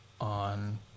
on